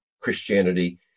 Christianity